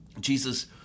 Jesus